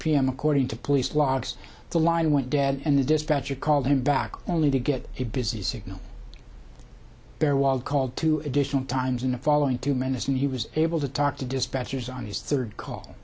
pm according to police logs the line went dead and the dispatcher called him back only to get a busy signal there was called two additional times in the following two minutes and he was able to talk to dispatchers on his third call